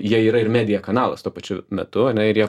jie yra ir media kanalas tuo pačiu metu ir jie